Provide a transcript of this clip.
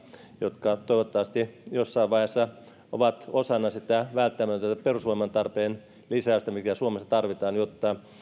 jotka toivottavasti jossain vaiheessa ovat osa sitä välttämätöntä perusvoiman lisäystä mikä suomessa tarvitaan jotta